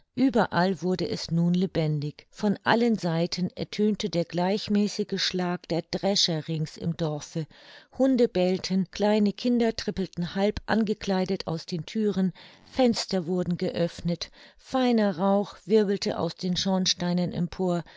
ueberall wurde es nun lebendig von allen seiten ertönte der gleichmäßige schlag der drescher rings im dorfe hunde bellten kleine kinder trippelten halb angekleidet aus den thüren fenster wurden geöffnet feiner rauch wirbelte aus den schornsteinen empor